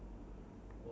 no no